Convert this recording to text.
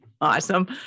Awesome